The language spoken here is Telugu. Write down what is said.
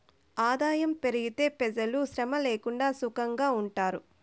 ఆదాయం పెరిగితే పెజలు శ్రమ లేక సుకంగా ఉంటారు